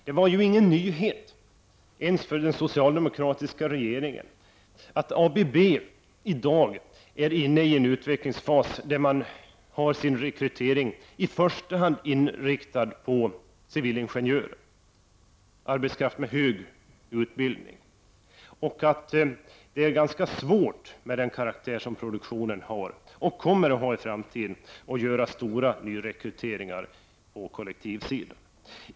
Det är ingen nyhet, ens för den socialdemokratiska regeringen, att ABB i dag är inne i en utvecklingsfas, där man har sin rekrytering i första hand inriktad på civilingenjörer, dvs. arbetskraft med hög utbildning. Det är ganska svårt, med den karaktär som produktionen har och kommer att ha i framtiden, att göra stora nyrekryteringar på kollektivsidan.